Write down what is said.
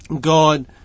God